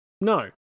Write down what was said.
No